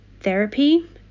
therapy